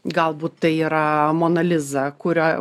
galbūt tai yra mona liza kurio